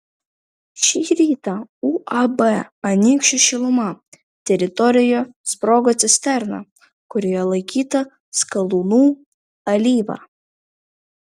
šį rytą uab anykščių šiluma teritorijoje sprogo cisterna kurioje laikyta skalūnų alyva